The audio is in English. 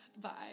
Bye